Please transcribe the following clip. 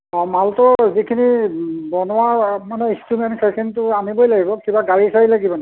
অ' মালটো যিখিনি বনোৱা মানে ইনষ্ট্ৰুমেণ্ট সেইখিনিটো আনিবই লাগিব কিবা গাড়ী চাড়ী লাগিব নেকি